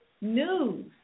news